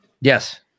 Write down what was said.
Yes